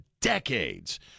decades